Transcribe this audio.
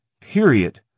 Period